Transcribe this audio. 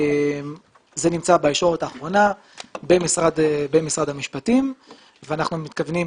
זה נמצא בישורת האחרונה במשרד המשפטים ואנחנו מתכוונים,